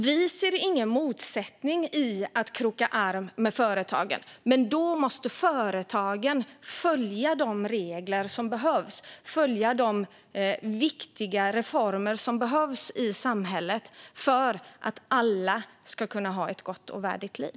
Vi ser ingen motsättning i att kroka arm med företagen, men då måste företagen följa de regler som finns och genomföra de viktiga reformer som behövs i samhället för att alla ska ha ett gott och värdigt liv.